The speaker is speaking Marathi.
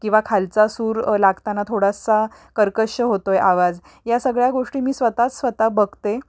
किंवा खालचा सूर लागताना थोडासा कर्कश होतो आहे आवाज या सगळ्या गोष्टी मी स्वतःच स्वतः बघते